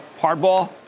Hardball